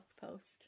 post